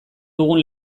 dugun